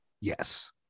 Yes